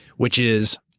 which is